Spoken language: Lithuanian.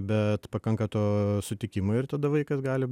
bet pakanka to sutikimo ir tada vaikas gali